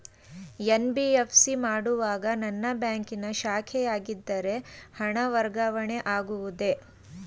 NBFC ಮಾಡುವಾಗ ನನ್ನ ಬ್ಯಾಂಕಿನ ಶಾಖೆಯಾಗಿದ್ದರೆ ಹಣ ವರ್ಗಾವಣೆ ಆಗುವುದೇ?